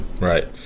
Right